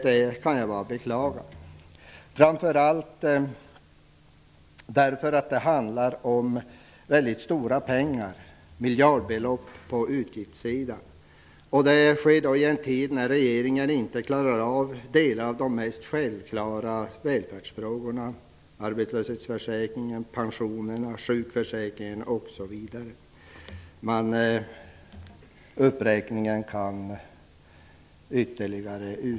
Detta kan jag bara beklaga, framför allt därför att det handlar om mycket stora pengar, miljardbelopp på utgiftssidan. Detta sker i en tid när regeringen inte klarar av delar av de mest självklara välfärdsfrågorna: arbetslöshetsförsäkringen, pensionerna, sjukförsäkringen. Uppräkningen kan utökas ytterligare.